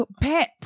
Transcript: pets